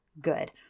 good